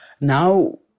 now